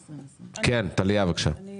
טליה, בבקשה.